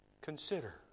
consider